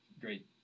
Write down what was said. great